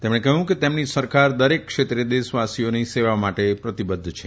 તેમણે કહ્યું કે તેમની સરકાર દરેક ક્ષેત્રે દેશવાસીઓની સેવા માટે પ્રતિબધ્ધ છે